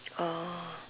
oh